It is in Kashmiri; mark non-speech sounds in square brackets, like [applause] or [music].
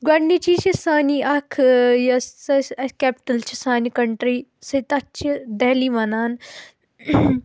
گۄڈِنِچی چھِ سٲنی اکھ یُس [unintelligible] کیپٹٕل چھِ سانہِ کَنٹرٛی سۭتۍ تَتھ چھِ دہلی ونان